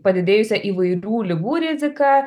padidėjusia įvairių ligų rizika